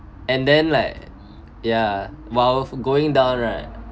and then like ya while going down right